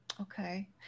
okay